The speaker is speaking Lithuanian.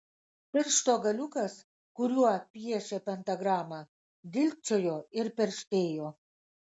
piršto galiukas kuriuo piešė pentagramą dilgčiojo ir perštėjo